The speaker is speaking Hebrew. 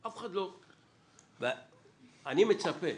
אני מצפה